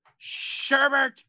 Sherbert